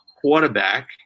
quarterback